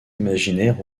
imaginaire